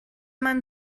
man